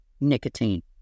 nicotine